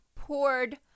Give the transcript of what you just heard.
poured